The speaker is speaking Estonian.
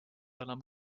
enam